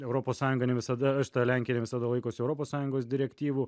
europos sąjunga ne visada ta lenkija ne visada laikosi europos sąjungos direktyvų